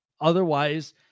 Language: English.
Otherwise